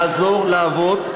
לעזור לאבות,